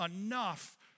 enough